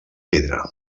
pedra